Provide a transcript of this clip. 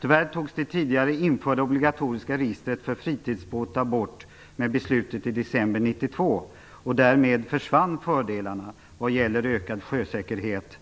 Tyvärr togs det tidigare införda obligatoriska registret för fritidsbåtar bort med beslutet i december 1992, och därmed försvann fördelarna vad gäller ökad sjösäkerhet,